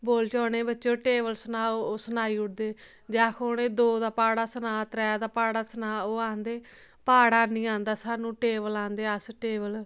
बोलचै बच्चो उ'नें टेबल सनाओ ओह् सनाई ओड़दे जे आखो उ'नें दो दा प्हाड़ा सुनां त्रै दा प्हाड़ा सना त्रै दा प्हाड़ा सना ओह् आखदे प्हाड़ा ऐ निं आंदा सानूं टेबल आंदे अस टेबल